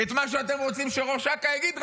את מה שאתם רוצים שראש אכ"א יגיד,